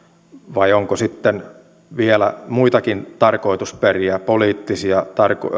vai onko sitten vielä muitakin tarkoitusperiä poliittisia